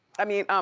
i mean, um